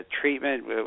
treatment